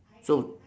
so